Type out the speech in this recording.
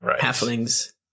halflings